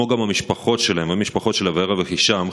כמו גם המשפחות שלהם והמשפחות של אברה והישאם,